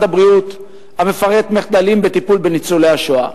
הבריאות המפרט מחדלים בטיפול בניצולי השואה.